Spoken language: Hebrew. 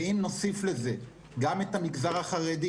אם נוסיף לזה גם את הגזר החרדי